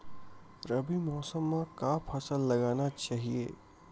रबी मौसम म का फसल लगाना चहिए?